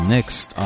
Next